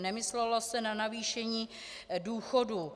Nemyslelo se na navýšení důchodů.